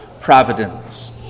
providence